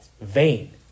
vain